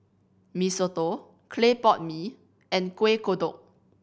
Mee Soto clay pot mee and Kuih Kodok